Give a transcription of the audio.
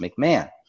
McMahon